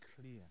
clear